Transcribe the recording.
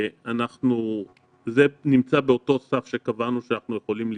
זה נמצא באותו סף שקבענו שאנחנו יכולים לספוג.